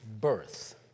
birth